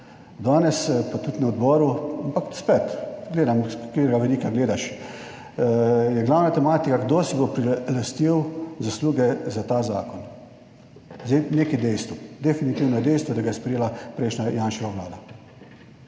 Danes, pa tudi na odboru, ampak spet, gledam s katerega vidika gledaš, je glavna tematika kdo si bo prilastil zasluge za ta zakon. Zdaj, nekaj dejstev, definitivno je dejstvo, da ga je sprejela prejšnja Janševa vlada.